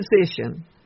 position